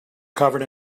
covered